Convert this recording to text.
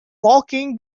walking